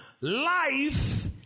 life